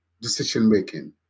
decision-making